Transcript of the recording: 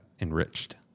enriched